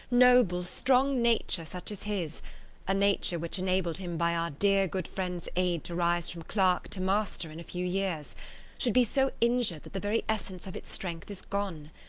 noble, strong nature such as his a nature which enabled him by our dear, good friend's aid to rise from clerk to master in a few years should be so injured that the very essence of its strength is gone.